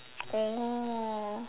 oh